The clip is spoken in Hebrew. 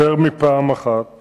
יותר מפעם אחת